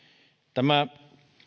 tämä